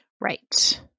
Right